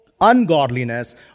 ungodliness